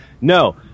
No